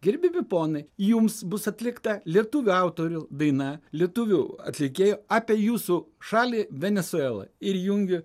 gerbiami ponai jums bus atlikta lietuvių autorių daina lietuvių atlikėjų apie jūsų šalį venesuelą ir įjungiu